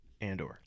Andor